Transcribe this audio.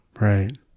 right